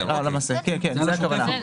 זאת הכוונה.